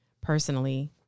personally